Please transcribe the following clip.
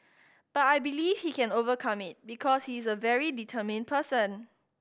but I believe he can overcome it because he is a very determined person